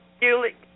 Julie